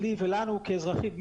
לי ולנו כאזרחים,